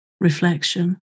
reflection